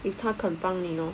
if 他肯帮 you know